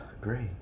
Great